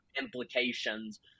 implications